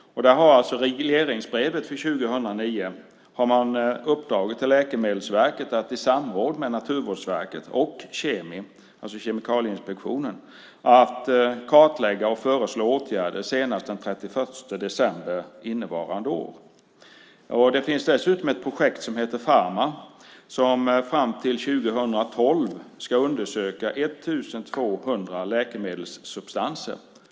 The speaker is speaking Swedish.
I regleringsbrevet för 2009 har regeringen uppdragit till Läkemedelsverket att i samråd med Naturvårdsverket och KemI, alltså Kemikalieinspektionen, kartlägga och föreslå åtgärder senast den 31 december innevarande år. Det finns dessutom ett projekt som heter Pharma som fram till 2012 ska undersöka 1 200 läkemedelssubstanser.